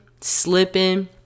slipping